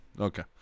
okay